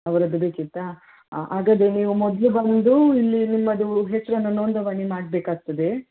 ಅವರದು ಬೇಕಿತ್ತಾ ಅ ಹಾಗಾದ್ರೆ ನೀವು ಮೊದಲು ಬಂದು ಇಲ್ಲಿ ನಿಮ್ಮದು ಹೆಸರನ್ನು ನೊಂದಣಿ ಮಾಡ್ಬೇಕಾಗ್ತದೆ